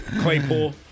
Claypool